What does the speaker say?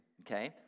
okay